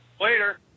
Later